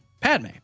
Padme